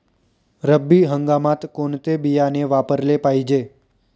रब्बी हंगामात कोणते बियाणे वापरले पाहिजे?